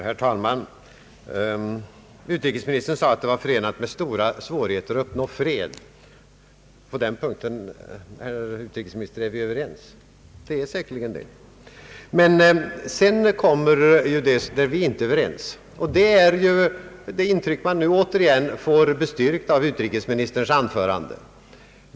Herr talman! Utrikesministern sade att det var förenat med stora svårigheter att uppnå fred. På den punkten, herr utrikesminister, är vi överens. Men sedan kommer något som vi inte är överens om efter det intryck man nu återigen fått bestyrkt av utrikesministerns anförande.